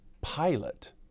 pilot